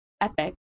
Epic